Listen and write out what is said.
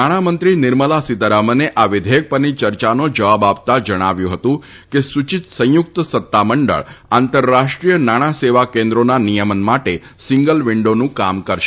નાણાં મંત્રી નિર્મલા સીતારામને આ વિધેયક પરની યર્યાનો જવાબ આપતા જણાવ્યુ હતું કે સુચિત સંયુક્ત સત્તામંડળ આંતરરાષ્ટ્રીય નાણાં સેવા કેન્દ્રોના નિયમન માટે સિંગલ વિન્ડોનું કામ કરશે